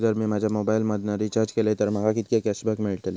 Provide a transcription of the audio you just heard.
जर मी माझ्या मोबाईल मधन रिचार्ज केलय तर माका कितके कॅशबॅक मेळतले?